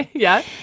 yeah.